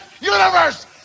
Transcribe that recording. universe